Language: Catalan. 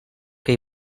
que